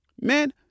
Man